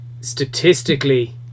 Statistically